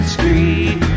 Street